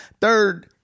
third